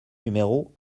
numéro